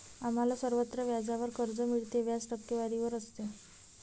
आम्हाला सर्वत्र व्याजावर कर्ज मिळते, व्याज टक्केवारीवर असते